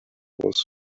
was